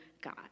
God